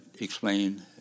explain